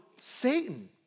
Satan